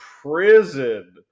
prison